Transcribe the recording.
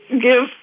give